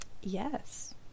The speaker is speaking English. Yes